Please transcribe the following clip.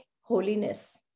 holiness